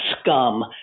scum